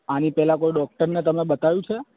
આની પહેલાં કોઈ ડોક્ટરને તમે બતાવ્યું છે